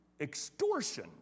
extortion